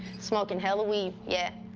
smoking hella weed, yeah,